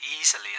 easily